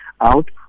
out